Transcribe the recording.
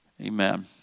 Amen